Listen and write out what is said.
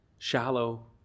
Shallow